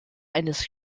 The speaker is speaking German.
eines